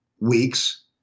weeks